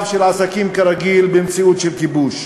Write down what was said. של "עסקים כרגיל" במציאות של כיבוש,